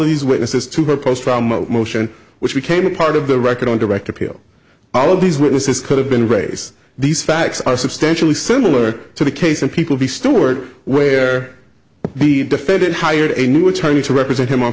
these witnesses to her post trauma motion which became a part of the record on direct appeal all of these witnesses could have been race these facts are substantially similar to the case of people be stored where the defendant hired a new attorney to represent him o